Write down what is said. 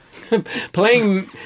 Playing